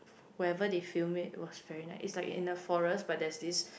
wherever they film it was very nice it's like in the forest but there's this